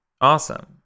Awesome